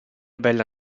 bella